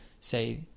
say